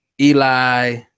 Eli